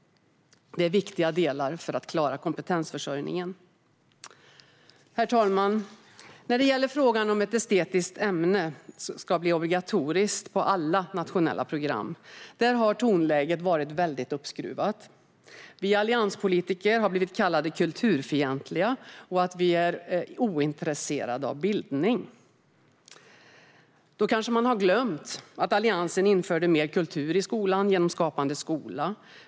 Det är viktiga delar för att man ska klara kompetensförsörjningen. Herr talman! När det gäller frågan om att ett estetiskt ämne ska bli obligatoriskt på alla nationella program har tonläget varit väldigt uppskruvat. Vi allianspolitiker har blivit kallade kulturfientliga och att vi är ointresserade av bildning. Då har man kanske glömt att Alliansen införde mer kultur i skolan genom Skapande skola.